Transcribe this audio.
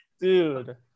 Dude